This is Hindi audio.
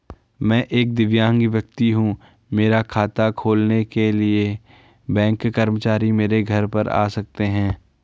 मैं एक दिव्यांग व्यक्ति हूँ मेरा खाता खोलने के लिए बैंक कर्मचारी मेरे घर पर आ सकते हैं?